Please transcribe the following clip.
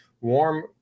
warm